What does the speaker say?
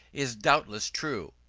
is doubtless true.